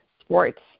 sports